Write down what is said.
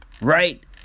Right